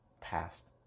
past